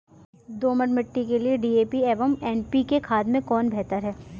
दोमट मिट्टी के लिए डी.ए.पी एवं एन.पी.के खाद में कौन बेहतर है?